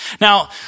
Now